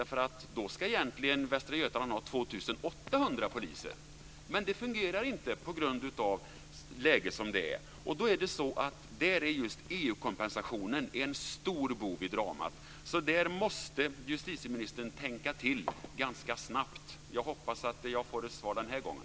Enligt dem ska Västra Götaland egentligen ha 2 800 poliser, men det fungerar inte på grund av det rådande läget. Här är just EU-kompensationen en stor bov i dramat, så här måste justitieministern tänka till ganska snabbt. Jag hoppas att jag får svar den här gången.